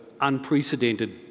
unprecedented